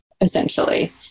essentially